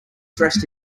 dressed